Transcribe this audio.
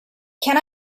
can